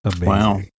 wow